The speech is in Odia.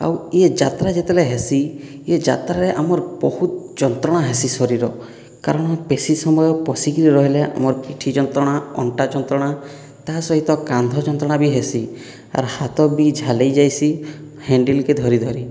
ଆଉ ଏ ଯାତ୍ରା ଯେତେବେଳେ ହେସି ଏ ଯାତ୍ରାରେ ଆମର ବହୁତ ଯନ୍ତ୍ରଣା ହେସି ଶରୀର କାରଣ ବେଶି ସମୟ ବସିକରି ରହିଲେ ଆମର ପିଠି ଯନ୍ତ୍ରଣା ଅଣ୍ଟା ଯନ୍ତ୍ରଣା ତାହା ସହିତ କାନ୍ଧ ଯନ୍ତ୍ରଣା ବି ହେସି ଆର୍ ହାତ ବି ଝାଳେଇ ଯାଇସି ହ୍ୟାଣ୍ଡେଲକୁ ଧରିଧରି